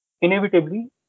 inevitably